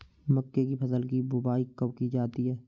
मक्के की फसल की बुआई कब की जाती है?